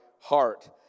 heart